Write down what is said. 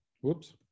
whoops